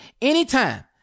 anytime